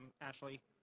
Ashley